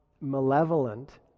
malevolent